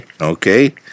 Okay